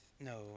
No